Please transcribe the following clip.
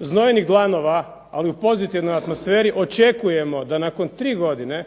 znojnih dlanova ali u pozitivnoj atmosferi očekujemo da nakon tri godine,